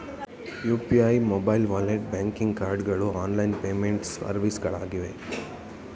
UPI, mobile wallet, banking cards ಗಳು online payment ಸರ್ವಿಸ್ಗಳಾಗಿವೆ